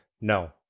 no